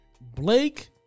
Blake